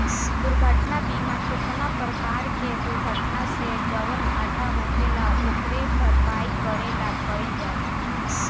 दुर्घटना बीमा केतना परकार के दुर्घटना से जवन घाटा होखेल ओकरे भरपाई करे ला कइल जाला